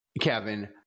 Kevin